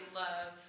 love